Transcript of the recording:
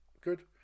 Good